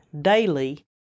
daily